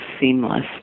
seamless